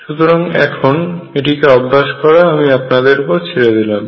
সুতরাং এখন এটিকে অভ্যাস করা আমি আপনাদের উপর ছেড়ে দিলাম